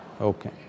Okay